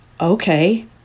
okay